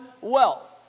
wealth